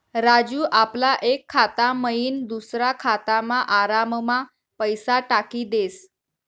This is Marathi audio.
राजू आपला एक खाता मयीन दुसरा खातामा आराममा पैसा टाकी देस